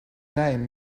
name